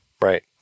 right